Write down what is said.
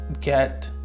get